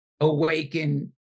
awaken